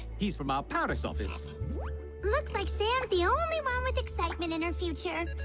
he's from our paris office looks like they're the only one with excitement in her future